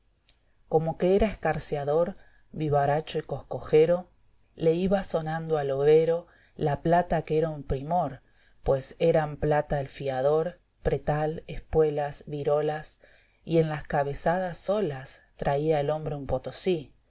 como que era escarciador vivaracho y coscojero k del campd le iba sonando al overo la plata que era un primor pues eran plata el fiador pretal espuelas virolas y en las cabezadas solas traía el hombre un potosí